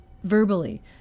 Verbally